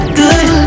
good